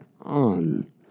on